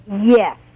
Yes